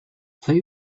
play